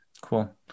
Cool